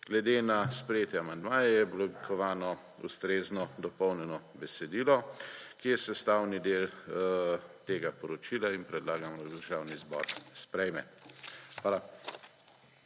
Glede na sprejete amandmaje je oblikovano ustrezno dopolnjeno besedilo, ki je sestavi del tega poročila in predlagamo, da Državni zbor sprejme. Hvala.